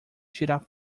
tirar